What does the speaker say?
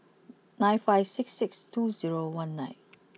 nine five six six two zero one nine